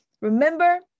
remember